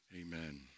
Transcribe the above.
Amen